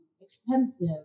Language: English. expensive